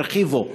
הרחיבו,